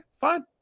fine